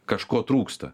kažko trūksta